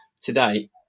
today